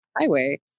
highway